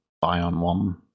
buy-on-one